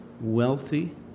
wealthy